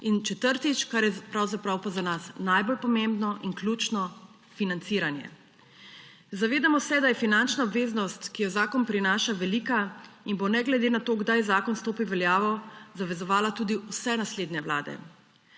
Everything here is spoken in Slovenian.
In četrtič, kar je pravzaprav pa za nas najbolj pomembno in ključno, – financiranje. Zavedamo se, da je finančna obveznost, ki jo zakon prinaša, velika, in bo ne glede na to, kdaj zakon stopi v veljavo, zavezovala tudi vse naslednje vlade.